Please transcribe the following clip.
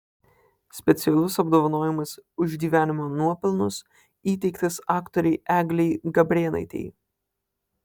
specialus apdovanojimas už gyvenimo nuopelnus įteiktas aktorei eglei gabrėnaitei